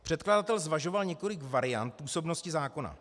Předkladatel zvažoval několik variant působnosti zákona.